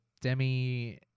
Demi